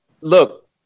look